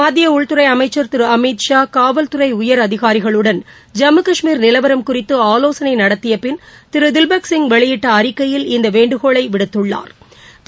மத்தியஉள்துறைஅமைச்ச் திருஅமித்ஷா காவல்துறைஉயரதிகாரிகளுடன் ஜம்மு கஷ்மீர் நிலவரம் குறிததுஆலோசனைநடத்தியபின் திருதிவ்பக் சிங் வெளியிட்டஅறிக்கையில் இந்தவேண்டுகோளைவிடுத்துள்ளாா்